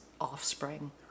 offspring